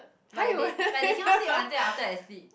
like they like they cannot sleep until after I sleep